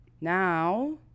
now